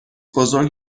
بزرگ